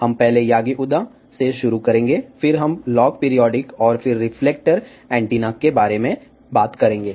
हम पहले Yagi Uda से शुरू करेंगे फिर हम लॉग पीरियोडिक और फिर रिफ्लेक्टर एंटीना के बारे में बात करेंगे